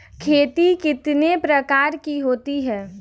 खेती कितने प्रकार की होती है?